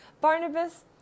Barnabas